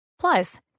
Plus